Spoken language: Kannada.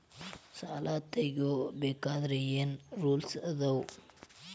ಸಾಲ ತಗೋ ಬೇಕಾದ್ರೆ ಏನ್ ರೂಲ್ಸ್ ಅದಾವ?